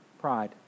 pride